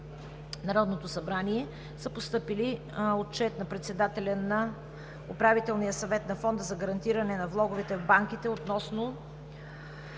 Народното събрание са постъпили отчет на председателя на Управителния съвет на Фонда за гарантиране на влоговете в банките относно